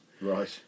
Right